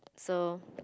so